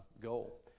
goal